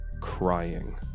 crying